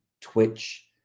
Twitch